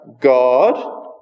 God